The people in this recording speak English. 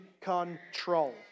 control